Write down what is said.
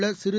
உள்ள சிறு